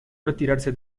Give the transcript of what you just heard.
retirarse